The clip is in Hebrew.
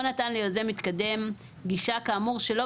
או נתן ליוזם מתקדם גישה כאמור שלא